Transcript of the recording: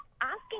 asking